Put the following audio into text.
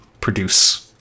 produce